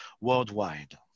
worldwide